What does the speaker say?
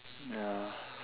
ya